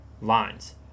lines